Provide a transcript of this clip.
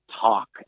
talk